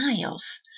miles